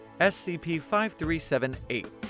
SCP-5378